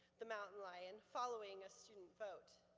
the mountain lion, following a student vote.